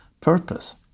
purpose